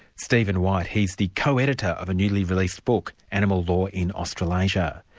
steven white. he's the co-editor of a newly released book, animal law in australasia.